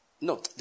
No